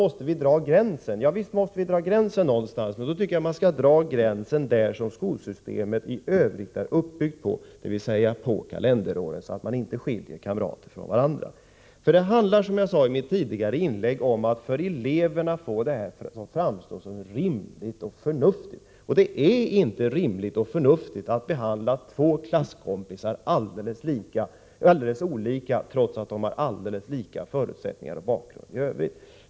Visst måste gränsen dras någonstans. Jag tycker att den skall dras på samma sätt som i skolsystemet i övrigt, dvs. vid kalenderår, så att kamrater inte skiljs från varandra. Det handlar, som jag 57 sade i mitt tidigare inlägg, om att få dessa regler att framstå som rimliga och förnuftiga för eleverna. Det är inte rimligt och förnuftigt att behandla två klasskompisar helt olika, trots att de har helt lika förutsättningar och bakgrund i övrigt.